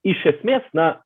iš esmės na